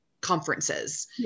conferences